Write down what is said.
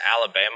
Alabama